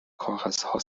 کاغذها